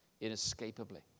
inescapably